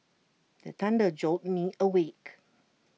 the thunder jolt me awake